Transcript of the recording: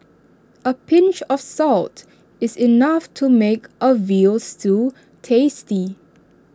A pinch of salt is enough to make A Veal Stew tasty